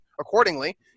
accordingly